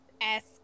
ask